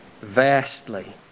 vastly